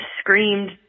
screamed